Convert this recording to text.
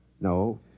no